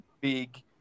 big